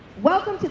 welcome